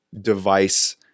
device